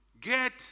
get